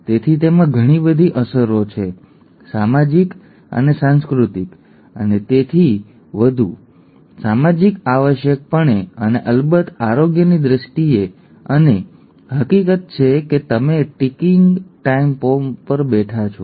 તેથી તેમાં ઘણી બધી અસરો છે સામાજિક અને સાંસ્કૃતિક અને તેથી વધુ સામાજિક આવશ્યકપણે અને અલબત્ત આરોગ્યની દ્રષ્ટિએ અને હકીકત એ છે કે તમે ટિકિંગ ટાઇમ બોમ્બ પર બેઠા છો